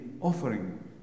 offering